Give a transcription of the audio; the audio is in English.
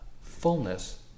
fullness